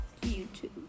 YouTube